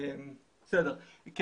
אני